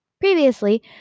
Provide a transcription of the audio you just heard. Previously